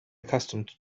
accustomed